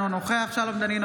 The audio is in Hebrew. אינו נוכח שלום דנינו,